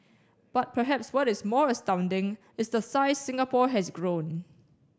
but perhaps what is more astounding is the size Singapore has grown